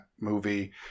movie